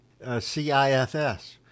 CIFS